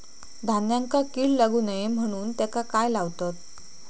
धान्यांका कीड लागू नये म्हणून त्याका काय लावतत?